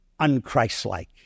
unchristlike